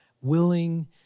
willing